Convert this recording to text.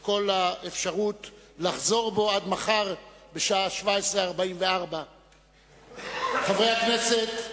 כל האפשרות לחזור בו עד מחר בשעה 17:44. חברי הכנסת,